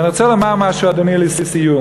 ואני רוצה לומר משהו, אדוני, לסיום.